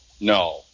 No